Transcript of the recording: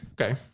Okay